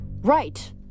Right